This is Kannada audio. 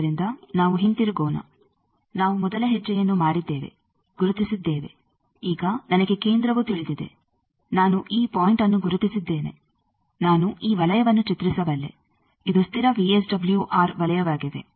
ಆದ್ದರಿಂದ ನಾವು ಹಿಂತಿರುಗೋಣ ನಾವು ಮೊದಲ ಹೆಜ್ಜೆಯನ್ನು ಮಾಡಿದ್ದೇವೆ ಗುರುತಿಸಿದ್ದೇವೆ ಈಗ ನನಗೆ ಕೇಂದ್ರವು ತಿಳಿದಿದೆ ನಾನು ಈ ಪಾಯಿಂಟ್ಅನ್ನು ಗುರುತಿಸಿದ್ದೇನೆ ನಾನು ಈ ವಲಯವನ್ನು ಚಿತ್ರಿಸಬಲ್ಲೆ ಇದು ಸ್ಥಿರ ವಿಎಸ್ಡಬ್ಲ್ಯೂಆರ್ ವಲಯವಾಗಿದೆ